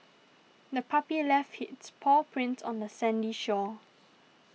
the puppy left its paw prints on the sandy shore